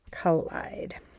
collide